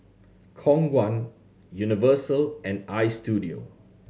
Khong Guan Universal and Istudio